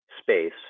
space